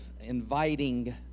inviting